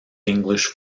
english